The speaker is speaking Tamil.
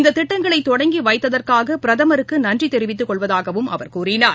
இந்ததிட்டங்களைதொடங்கிவைத்ததற்காகபிரதமருக்குநன்றிதெரிவித்துக்கொள்வதாகவும் அவர் தெரிவித்தார்